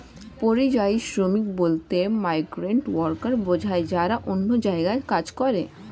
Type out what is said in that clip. পরিযায়ী শ্রমিক বলতে মাইগ্রেন্ট ওয়ার্কার বোঝায় যারা অন্য জায়গায় কাজ করে